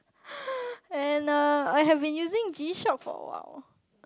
and uh I had been using G-Shock for a while